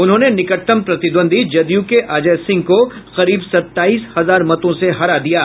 उन्होंने निकटतम प्रतिद्वंद्वी जदयू के अजय सिंह को करीब सताईस हजार मतों से हरा दिया है